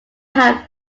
had